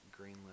greenlit